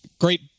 great